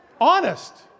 Honest